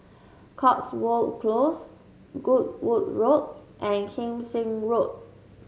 Cotswold Close Goodwood Road and Kim Seng Road